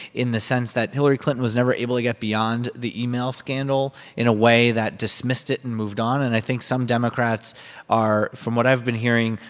in the sense that hillary clinton was never able to get beyond the email scandal in a way that dismissed it and moved on. and i think some democrats are, from what i've been hearing,